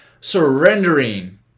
surrendering